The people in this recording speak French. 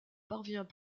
parvient